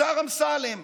השר אמסלם,